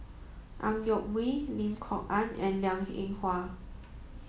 Ang Yoke Mooi Lim Kok Ann and Liang Eng Hwa